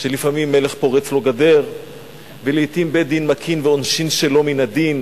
שלפעמים מלך פורץ לו גדר ולעתים בית-דין מכין ועונשין שלא מן הדין,